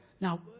Now